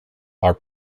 are